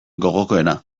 gogokoena